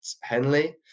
Henley